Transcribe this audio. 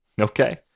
Okay